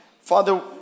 Father